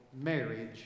marriage